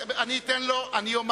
בסדר, אני אומר